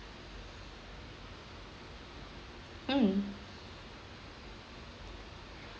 mm